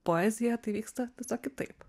poeziją tai vyksta tiesiog kitaip